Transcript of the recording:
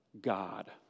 God